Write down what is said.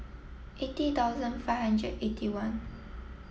eighty thousand five hundred eighty one